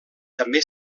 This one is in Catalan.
també